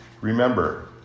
Remember